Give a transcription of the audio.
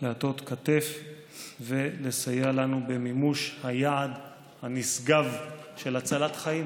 להטות כתף ולסייע לנו במימוש היעד הנשגב של הצלת חיים,